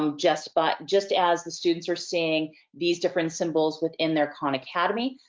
um just but just as the students are seeing these different symbols within their khan academy,